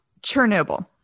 Chernobyl